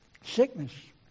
Sickness